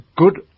Good